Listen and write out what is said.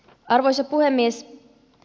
arvoisa puhemies